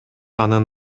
анын